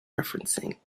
referencing